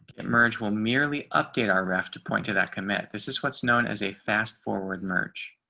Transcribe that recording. emerge will merely update our raft to point to that commit. this is what's known as a fast forward merge.